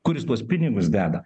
kur jis tuos pinigus deda